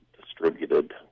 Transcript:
distributed